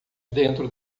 dentro